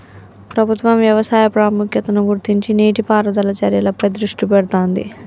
ప్రభుత్వం వ్యవసాయ ప్రాముఖ్యతను గుర్తించి నీటి పారుదల చర్యలపై దృష్టి పెడుతాంది